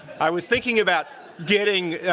i was thinking about getting